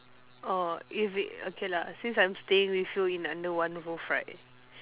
oh if it okay lah since I'm staying with you in under one roof right